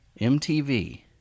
MTV